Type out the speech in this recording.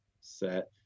set